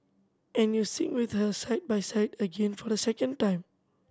and you sing with her side by side again for the second time